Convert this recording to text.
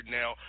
now